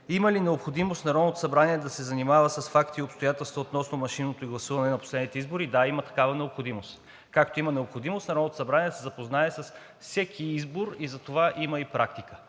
Има ли необходимост Народното събрание да се занимава с факти и обстоятелства относно машинното гласуване на последните избори? Да, има такава необходимост, както има необходимост Народното събрание да се запознае с всеки избор – затова има и практика.